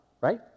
right